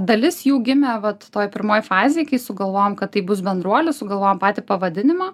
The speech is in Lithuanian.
dalis jų gimė vat toj pirmoj fazėj kai sugalvojom kad taip bus bendruolis sugalvojom patį pavadinimą